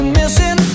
missing